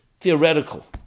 theoretical